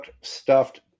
stuffed